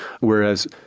Whereas